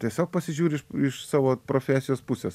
tiesiog pasižiūri iš savo profesijos pusės